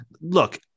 Look